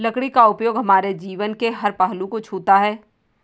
लकड़ी का उपयोग हमारे जीवन के हर पहलू को छूता है